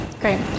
Great